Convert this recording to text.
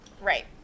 right